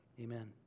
amen